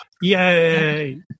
Yay